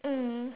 mm